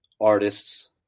artists